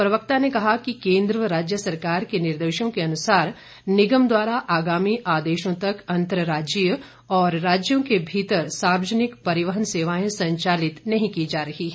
प्रवक्ता ने कहा कि केंद्र व राज्य सरकार के निर्देशों के अनुसार निगम द्वारा आगामी आदेशों तक अंतर्राज्यीय और राज्यों के भीतर सार्वजनिक परिवहन सेवाएं संचालित नहीं की जा रही हैं